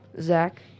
Zach